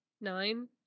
nine